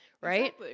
right